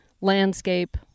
landscape